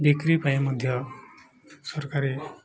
ବିକ୍ରି ପାଇଁ ମଧ୍ୟ ସରକାରୀ